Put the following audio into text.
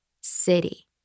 city